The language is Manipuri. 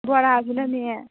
ꯕꯣꯔꯥꯁꯤꯅꯅꯦ